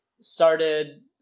started